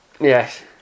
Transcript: Yes